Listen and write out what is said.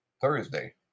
Thursday